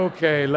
Okay